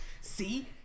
see